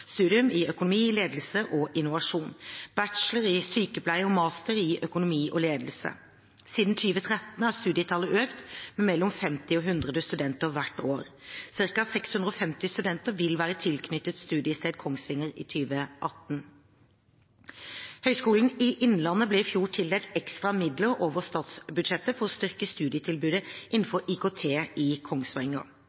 i økonomi, ledelse og innovasjon, bachelor i sykepleie og master i økonomi og ledelse. Siden 2013 har studietallet økt med mellom 50 og 100 studenter hvert år. Ca. 650 studenter vil være tilknyttet studiested Kongsvinger i 2018. Høgskolen i Innlandet ble i fjor tildelt ekstra midler over statsbudsjettet for å styrke studietilbudet